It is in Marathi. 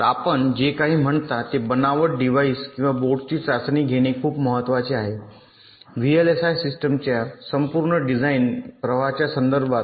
तर आपण जे काही म्हणता ते बनावट डिव्हाइस किंवा बोर्डची चाचणी घेणे खूप महत्वाचे आहे व्हीएलएसआय सिस्टमच्या संपूर्ण डिझाइन प्रवाहाच्या संदर्भात